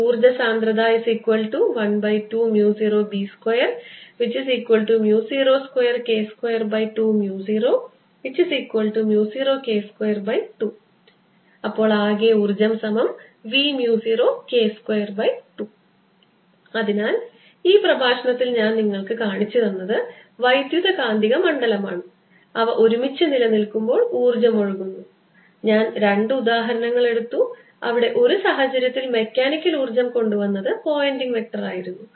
ഊർജ്ജ സാന്ദ്രത120B202K2200K22 ആകെ ഊർജ്ജംV0K22 അതിനാൽ ഈ പ്രഭാഷണത്തിൽ ഞാൻ നിങ്ങൾക്ക് കാണിച്ചുതന്നത് വൈദ്യുതകാന്തിക മണ്ഡലമാണ് അവ ഒരുമിച്ച് നിലനിൽക്കുമ്പോൾ ഊർജ്ജം ഒഴുകുന്നു ഞാൻ രണ്ട് ഉദാഹരണങ്ങൾ എടുത്തു അവിടെ ഒരു സാഹചര്യത്തിൽ മെക്കാനിക്കൽ ഊർജ്ജം കൊണ്ടുവന്നത് പോയിന്റിംഗ് വെക്റ്റർ ആയിരുന്നു